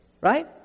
right